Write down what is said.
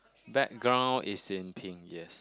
background is in pink yes